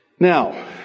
Now